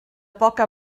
poca